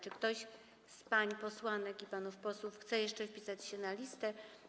Czy ktoś z pań posłanek i panów posłów chce jeszcze wpisać się na listę?